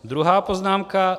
Druhá poznámka.